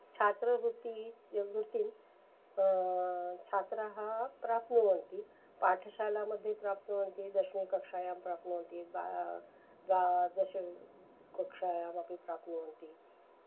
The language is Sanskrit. छात्रवृत्तिः यां वृत्तिं छात्राः प्राप्नुवन्ति पाठशालामध्ये प्राप्नुवन्ति दशमकक्षायां प्राप्नुवन्ति बा द्वादशकक्षायामपि प्राप्नुवन्ति